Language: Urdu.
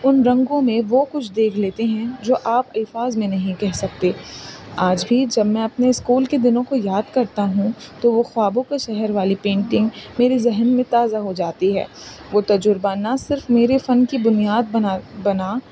ان رنگوں میں وہ کچھ دیکھ لیتے ہیں جو آپ الفاظ میں نہیں کہہ سکتے آج بھی جب میں اپنے اسکول کے دنوں کو یاد کرتا ہوں تو وہ خوابوں کے شہر والی پینٹنگ میری ذہن میں تازہ ہو جاتی ہے وہ تجربہ نہ صرف میرے فن کی بنیاد بنا بنا